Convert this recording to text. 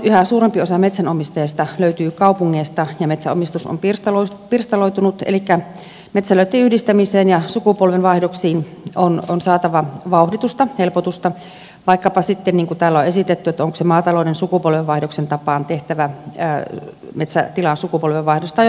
yhä suurempi osa metsänomistajista löytyy kaupungeista ja metsänomistus on pirstaloitunut elikkä metsälöitten yhdistämiseen ja sukupolvenvaihdoksiin on saatava vauhditusta helpotusta vaikkapa sitten niin kuin täällä on esitetty onko se maatalouden sukupolvenvaihdoksen tapaan tehtävä metsätilan sukupolvenvaihdos tai jotain muuta